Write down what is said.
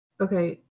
Okay